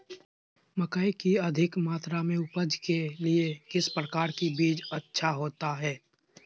मकई की अधिक मात्रा में उपज के लिए किस प्रकार की बीज अच्छा होता है?